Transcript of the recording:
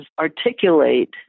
articulate